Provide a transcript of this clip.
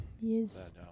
yes